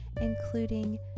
including